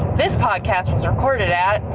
this podcast was recorded at.